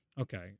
Okay